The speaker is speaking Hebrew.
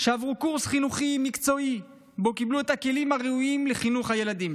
שעברו קורס חינוכי מקצועי שבו קיבלו את הכלים הראויים לחינוך הילדים.